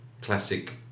classic